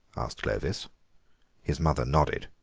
asked clovis his mother nodded.